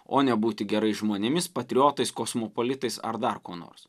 o nebūti gerais žmonėmis patriotais kosmopolitais ar dar kuo nors